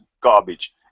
garbage